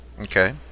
Okay